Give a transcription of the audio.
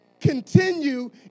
continue